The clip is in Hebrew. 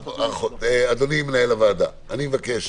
אדוני מנהל הוועדה, אני מבקש